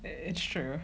that's true